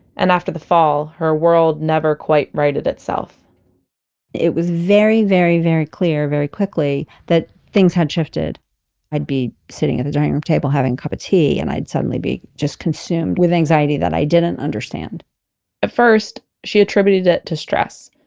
and after the fall, her world never quite righted itself it was very very very clear very quickly that things had shifted i'd be sitting in the dining room table having a cup of tea and i'd suddenly be just consumed with anxiety that i didn't understand at first, she attributed it to stress.